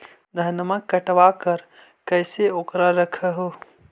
धनमा कटबाकार कैसे उकरा रख हू?